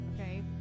okay